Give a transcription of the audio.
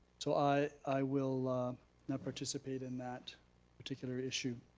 so i i will not participate in that particular issue.